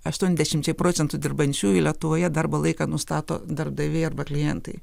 aštuoniasdešimčiai procentų dirbančiųjų lietuvoje darbo laiką nustato darbdaviai arba klientai